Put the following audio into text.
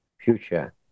future